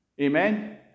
Amen